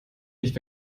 nicht